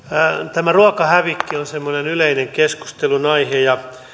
ruokahävikki on semmoinen yleinen keskustelun aihe ja